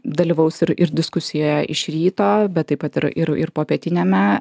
dalyvaus ir ir diskusijoje iš ryto bet taip pat ir ir ir popietiniame